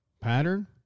Pattern